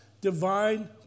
divine